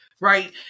right